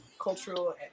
cultural